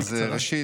אז ראשית,